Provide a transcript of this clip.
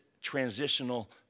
transitional